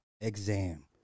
exam